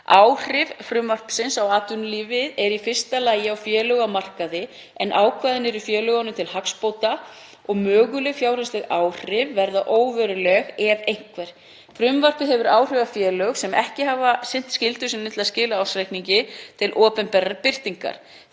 Áhrif frumvarpsins á atvinnulífið er í fyrsta lagi á félög á markaði, en ákvæðin eru félögunum til hagsbóta og möguleg fjárhagsleg áhrif verða óveruleg ef einhver. Frumvarpið hefur áhrif á félög sem ekki hafa sinnt skyldu sinni til að skila ársreikningi til opinberrar birtingar.